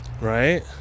right